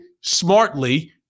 smartly